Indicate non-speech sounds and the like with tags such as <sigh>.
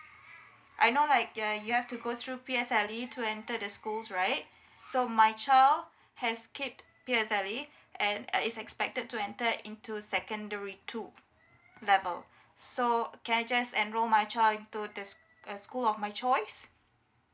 I know like uh you have to go through P_S_L_E to enter the schools right so my child has skipped P_S_L_E <breath> and uh is expected to enter into secondary two level so can I just enroll my child into the uh school of my choice